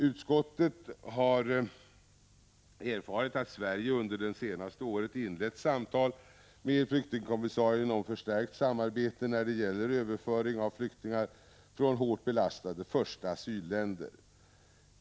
Utskottet har erfarit att Sverige under det senaste året inlett samtal med flyktingkommissarien om förstärkt samarbete när det gäller överföring av flyktingar från hårt belastade första asylländer.